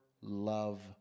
love